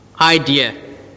idea